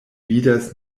vidas